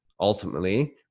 ultimately